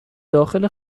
داخل